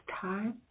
time